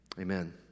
Amen